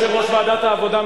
יושב-ראש ועדת העבודה,